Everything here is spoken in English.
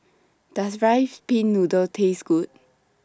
Does Rice Pin Noodles Taste Good